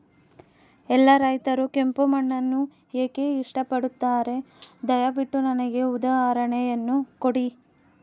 ಎಲ್ಲಾ ರೈತರು ಕೆಂಪು ಮಣ್ಣನ್ನು ಏಕೆ ಇಷ್ಟಪಡುತ್ತಾರೆ ದಯವಿಟ್ಟು ನನಗೆ ಉದಾಹರಣೆಯನ್ನ ಕೊಡಿ?